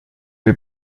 mir